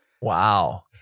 Wow